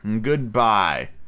Goodbye